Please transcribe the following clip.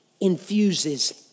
infuses